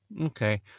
okay